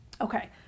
Okay